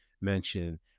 mention